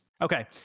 okay